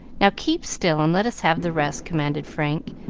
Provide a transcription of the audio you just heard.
now keep still, and let us have the rest, commanded frank,